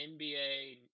NBA